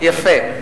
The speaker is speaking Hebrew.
יפה,